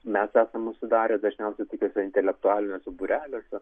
mes esam užsidarę dažniausiai tokiuose intelektualiniuose būreliuose